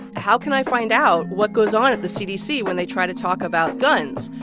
how can i find out what goes on at the cdc when they try to talk about guns?